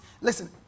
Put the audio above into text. listen